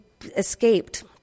escaped